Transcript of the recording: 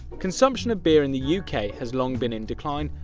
consumption of beer in the u k. has long been in decline,